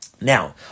Now